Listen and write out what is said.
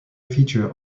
feature